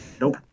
Nope